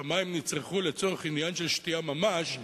שהמים נצרכו לעניין של שתייה ממש,